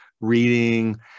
reading